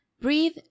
Breathe